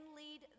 lead